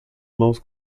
mãos